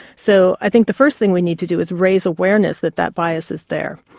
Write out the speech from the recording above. so i think the first thing we need to do is raise awareness that that bias is there.